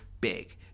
big